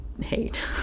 hate